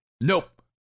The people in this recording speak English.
Nope